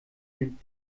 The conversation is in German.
ihren